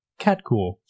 Catcool